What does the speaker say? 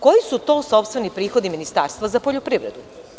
Koji su to sopstveni prihodi Ministarstva za poljoprivredu?